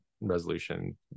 resolution